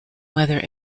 whether